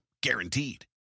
Guaranteed